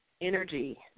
energy